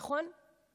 נכון?